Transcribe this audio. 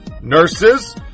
Nurses